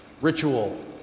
ritual